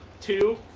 two